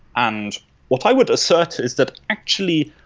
and what i would assert is that, actually,